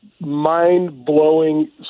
mind-blowing